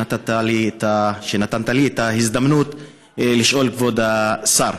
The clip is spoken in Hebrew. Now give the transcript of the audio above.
שנתת לי את ההזדמנות לשאול את כבוד השר.